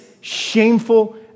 shameful